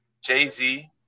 jay-z